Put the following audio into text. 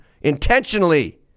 intentionally